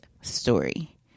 story